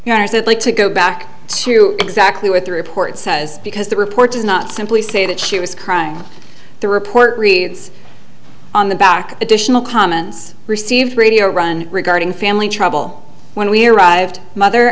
i'd like to go back to exactly what the report says because the report does not simply say that she was crying the report reads on the back additional comments received radio run regarding family trouble when we arrived mother